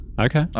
okay